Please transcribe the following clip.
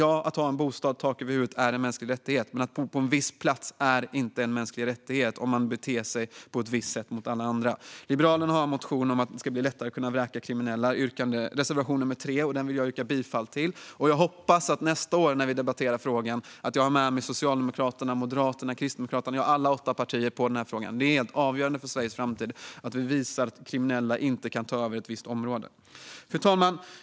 Ja, att ha en bostad, tak över huvudet, är en mänsklig rättighet, men att bo på en viss plats är inte en mänsklig rättighet om man beter sig på ett visst sätt mot andra. Liberalerna har en reservation, nr 3, om att det ska bli lättare att vräka kriminella. Den vill jag yrka bifall till. Jag hoppas att jag nästa år när vi debatterar frågan har med mig Socialdemokraterna, Moderaterna, Kristdemokraterna, ja, alla åtta partierna. Det är helt avgörande för Sveriges framtid att vi visar att kriminella inte kan ta över ett visst område. Fru talman!